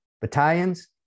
battalions